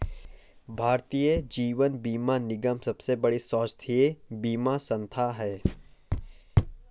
भारतीय जीवन बीमा निगम सबसे बड़ी स्वास्थ्य बीमा संथा है